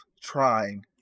trying